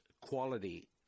quality